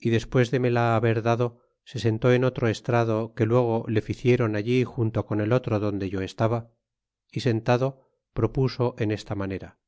despues de me la haber dado se sentó en otro estrado que s luego le licieron allí junto con el otro donde yo estaba y sentado propuso en esta manera